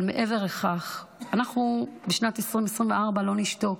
אבל מעבר לכך, אנחנו בשנת 2024 לא נשתוק.